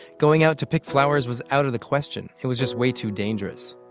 going out to pick flowers was out of the question, it was just way too dangerous.